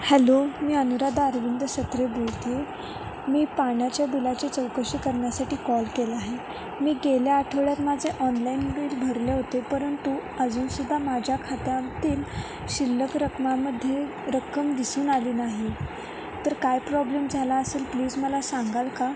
hello मी अनुराधा अरविंद सत्रे बोलते मी पाण्याच्या बिलाची चौकशी करण्यासाठी कॉल केला आहे मी गेल्या आठवड्यात माझे ऑनलाईन बिल भरले होते परंतु अजूनसुद्धा माझ्या खात्यातील शिल्लक रकमांमध्ये रक्कम दिसून आली नाही तर काय प्रॉब्लेम झाला असेल प्लीज मला सांगाल का